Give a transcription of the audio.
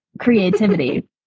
creativity